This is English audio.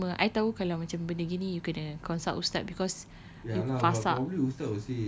no lah cuma I tahu kalau macam benda gini you kena consult ustaz because ni fasakh